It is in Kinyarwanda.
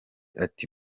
ati